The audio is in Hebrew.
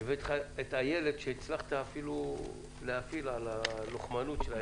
הבאת איתך את איילת והצלחת אפילו להאפיל על הלוחמנות שלה.